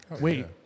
Wait